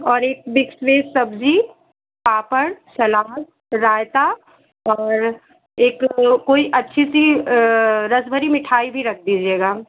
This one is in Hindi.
और एक मिक्स्ड भेज सब्जी पापड़ सलाद रायता और एक कोई अच्छी सी रसभरी मिठाई भी रख दीजिएगा